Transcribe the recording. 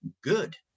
good